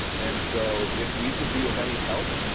and so if we can be of any help,